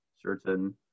certain